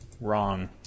wrong